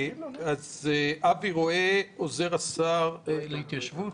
אבי רואה, עוזר השר להתיישבות,